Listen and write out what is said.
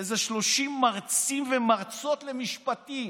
איזה 30 מרצים ומרצות למשפטים